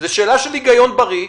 זאת שאלה של היגיון בריא,